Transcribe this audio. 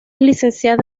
licenciada